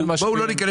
מי מציג